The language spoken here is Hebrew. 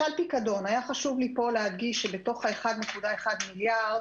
הפיקדון חשוב היה לי להדגיש שהוא בתוך ה-1.1 מיליארד.